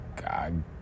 God